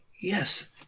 Yes